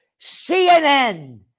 CNN